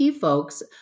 folks